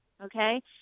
Okay